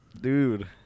Dude